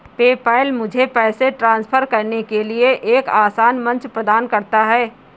PayPal मुझे पैसे transfer करने के लिए एक आसान मंच प्रदान करता है